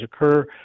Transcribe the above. occur